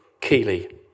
keely